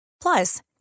Plus